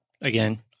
again